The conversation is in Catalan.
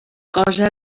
cosa